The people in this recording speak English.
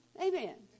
Amen